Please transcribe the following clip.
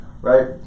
right